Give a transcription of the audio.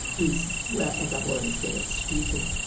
is well, as i've already said, it's stupid.